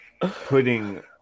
Putting